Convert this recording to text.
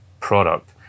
product